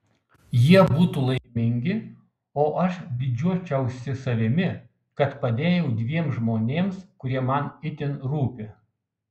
jie būtų laimingi o aš didžiuočiausi savimi kad padėjau dviem žmonėms kurie man itin rūpi